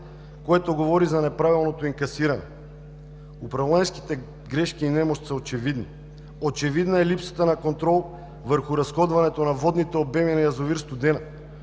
което говори за неправилното инкасиране. Управленските грешки и немощ са очевидни, очевидна е липсата на контрол върху разходването на водните обеми на язовир „Студена“,